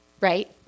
Right